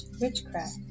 witchcraft